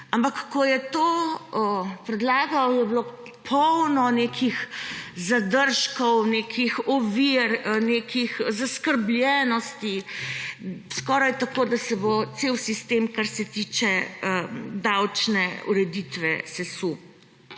Ampak ko je to predlagal, je bilo polno nekih zadržkov, nekih ovir, nekih zaskrbljenosti, skoraj tako, da se bo cel sistem, kar se tiče davčne ureditve, sesul.